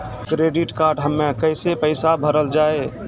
Credit card हम्मे कैसे पैसा भरल जाए?